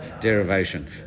derivation